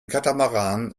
katamaran